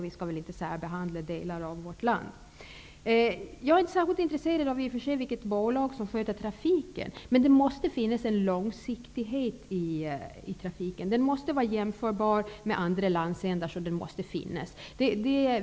Vi skall väl inte särbehandla delar av vårt land. Jag är i och för sig inte särskilt intresserad av vilket bolag som sköter trafiken. Men det måste finnas en långsiktighet. Trafiken till Gotland måste vara jämförbar med den i andra landsändar, och den måste finnas.